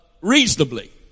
reasonably